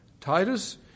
Titus